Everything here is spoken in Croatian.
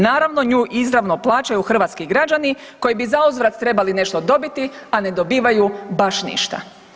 Naravno nju izravno plaćaju hrvatski građani koji bi zauzvrat trebali nešto dobiti, a ne dobivaju baš ništa.